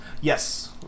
Yes